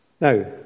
Now